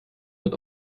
wird